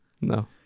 No